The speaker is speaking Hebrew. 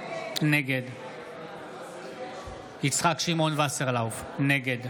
נגד יצחק שמעון וסרלאוף, נגד